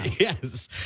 Yes